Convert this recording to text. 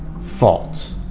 fault